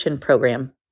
program